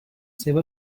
seva